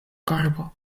korbo